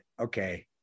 okay